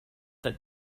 that